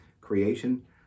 creation